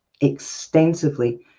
extensively